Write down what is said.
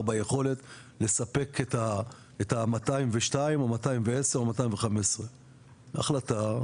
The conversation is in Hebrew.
ביכולת לספק את ה-202 או 210 או 215. החלטה,